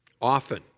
often